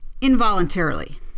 involuntarily